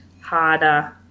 harder